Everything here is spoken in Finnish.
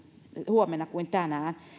huomenna kuin tänään